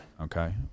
Okay